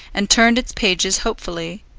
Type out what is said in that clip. and turned its pages hopefully,